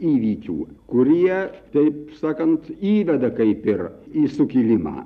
įvykių kurie taip sakant įveda kaip ir į sukilimą